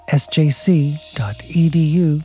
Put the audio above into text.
sjc.edu